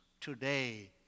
today